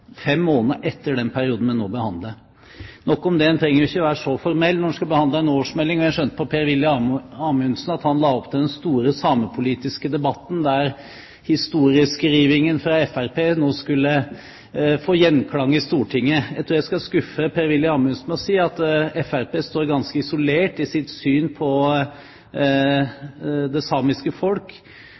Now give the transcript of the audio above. fem måneder etter den perioden vi nå behandler. Nok om det, man trenger ikke å være så formell når man skal behandle en årsmelding, og jeg skjønte på Per-Willy Amundsen at han la opp til den store samepolitiske debatten, der historieskrivingen fra Fremskrittspartiet nå skulle få gjenklang i Stortinget. Jeg tror jeg skal skuffe Per-Willy Amundsen med å si at Fremskrittspartiet står ganske isolert i sitt syn på det samiske folk,